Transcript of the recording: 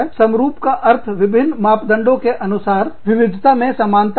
एकरूप समरूप का अर्थ विभिन्न मापदंडों के अनुसार विविधता में समानता